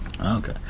Okay